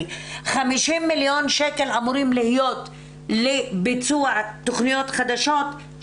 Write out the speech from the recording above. ש-50 מיליון שקל אמורים להיות לביצוע תכניות חדשות,